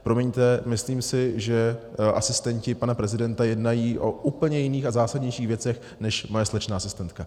Promiňte, myslím si, že asistenti pana prezidenta jednají o úplně jiných a zásadnějších věcech než moje slečna asistentka.